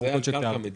זה על קרקע מדינה.